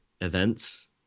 events